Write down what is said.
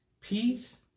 Peace